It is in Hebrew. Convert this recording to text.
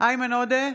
איימן עודה,